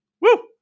Woo